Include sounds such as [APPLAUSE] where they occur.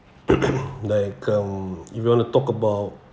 [COUGHS] like um if you want to talk about